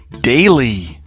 daily